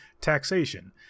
taxation